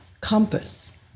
compass